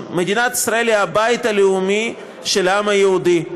"מדינת ישראל היא הבית הלאומי של העם היהודי,